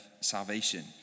salvation